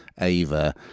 Ava